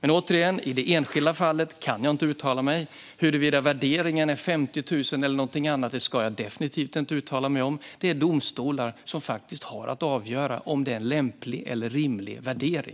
En sådan ordning tycker jag att vi har. Återigen kan jag inte uttala mig om det enskilda fallet. Huruvida värderingen ska vara 50 000 eller något annat ska jag definitivt inte uttala mig om. Det är domstolar som har att avgöra om det är en lämplig eller rimlig värdering.